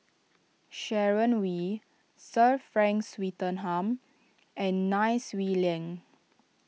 Sharon Wee Sir Frank Swettenham and Nai Swee Leng